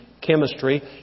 Chemistry